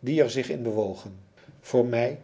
die er zich in bewogen voor mij